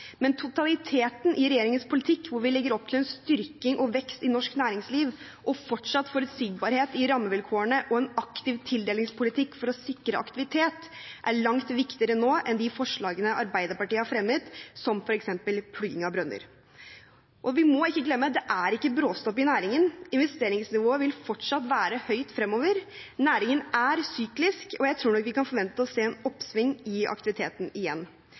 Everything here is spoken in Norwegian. Men totaliteten i regjeringens politikk, hvor vi legger opp til en styrking og vekst i norsk næringsliv – og fortsatt forutsigbarhet i rammevilkårene og en aktiv tildelingspolitikk for å sikre aktivitet – er langt viktigere nå enn de forslagene Arbeiderpartiet har fremmet, som f.eks. plugging av brønner. Og vi må ikke glemme at det ikke er bråstopp i næringen. Investeringsnivået vil fortsatt være høyt fremover. Næringen er syklisk, og jeg tror nok vi kan forvente å se et oppsving i aktiviteten igjen.